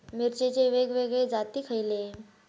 मिरचीचे वेगवेगळे जाती खयले?